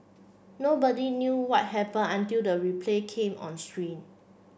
nobody knew what happened until the replay came on